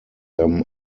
them